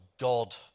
God